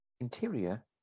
Interior